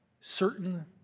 certain